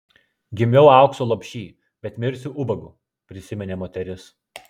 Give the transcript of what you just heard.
gimiau aukso lopšy bet mirsiu ubagu prisiminė moteris